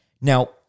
Now